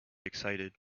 excited